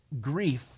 grief